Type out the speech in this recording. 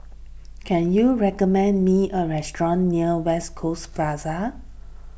can you recommend me a restaurant near West Coast Plaza